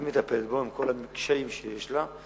היא תטפל בו עם כל הקשיים שיש לה.